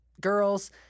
girls